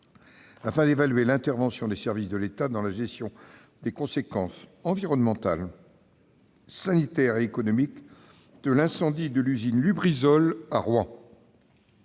afin d'évaluer l'intervention des services de l'État dans la gestion des conséquences environnementales, sanitaires et économiques de l'incendie de l'usine Lubrizol à Rouen.